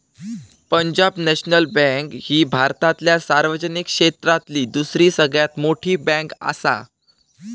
Punjab national bank ही भारतातल्या सार्वजनिक क्षेत्रातली दुसरी सगळ्यात मोठी बँकआसा